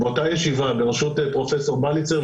באותה ישיבה בראשות פרופ' בליצר,